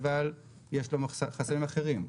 אבל יש לו חסמים אחרים.